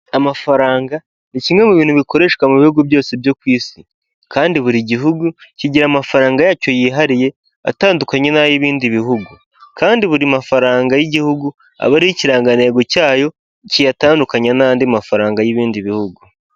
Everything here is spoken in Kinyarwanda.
Amafaranga ni kimwe mu bintu bikoreshwa mu bihugu byose byo ku isi kandi buri gihugu kigira amafaranga yacyo yihariye atandukanye n'ay'ibindi bihugu, kandi buri mafaranga y'igihugu aba ariho ikirangantego cyayo, kiyatandukanya n'andi mafaranga y'ibindi bihugu.